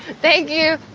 thank you.